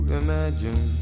imagine